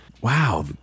Wow